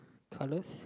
colors